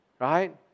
right